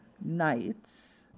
nights